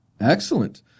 Excellent